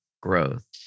growth